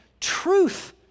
truth